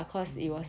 mm